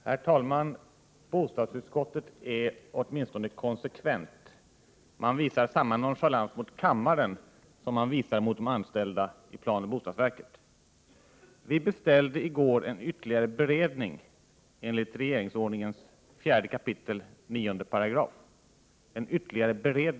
Prot. 1987/88:47 Herr talman! Bostadsutskottet är åtminstone konsekvent — man visar 17 december 1987 samma nonchalans mot kammaren som mot de anställda i planoch Förnyad beharidling av ens 4 kap. 9 §.